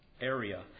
area